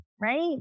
right